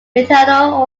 internal